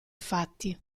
fatti